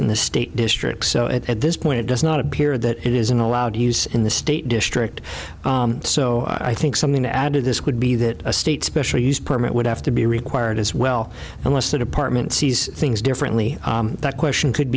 in the state district so it at this point does not appear that it isn't allowed to use in the state district so i think something to add to this would be that a state special use permit would have to be required as well unless the department sees things differently that question could